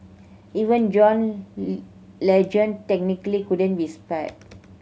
even John Legend technically couldn't be spared